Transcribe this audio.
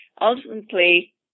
ultimately